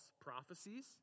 prophecies